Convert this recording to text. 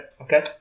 Okay